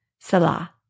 Salah